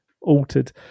altered